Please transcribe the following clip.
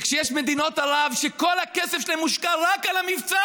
וכשיש מדינות ערב שכל הכסף שלהן מושקע רק על המבצע